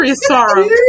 sorrow